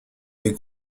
les